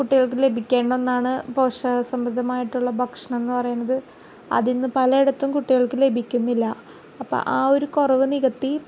കുട്ടികൾക്ക് ലഭിക്കേണ്ട ഒന്നാണ് പോഷക സമൃദ്ധമായിട്ടുള്ള ഭക്ഷണം എന്ന് പറയുന്നത് അതിന് പല ഇടത്തും കുട്ടികൾക്ക് ലഭിക്കുന്നില്ല അപ്പം ആ ഒരു കുറവ് നികത്തി